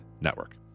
Network